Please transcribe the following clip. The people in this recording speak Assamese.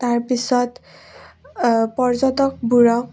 তাৰপিছত পৰ্যটকবোৰক